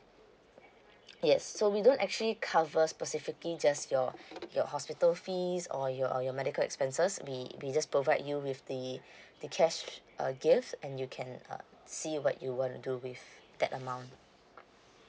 yes so we don't actually cover specifically just your your hospital fees or your or your medical expenses we we just provide you with the the cash uh gift and you can uh see what you wanna do with that amount